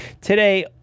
Today